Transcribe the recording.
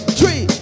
three